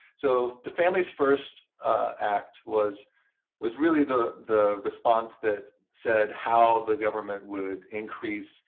so the families first act was was really the the response that said how the government would increase